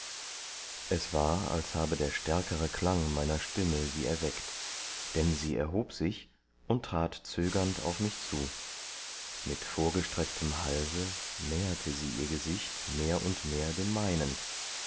es war als habe der stärkere klang meiner stimme sie erweckt denn sie erhob sich und trat zögernd auf mich zu mit vorgestrecktem halse näherte sie ihr gesicht mehr und mehr dem meinen